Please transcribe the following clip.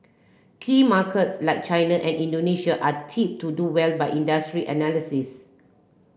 key markets like China and Indonesia are tipped to do well by industry analysis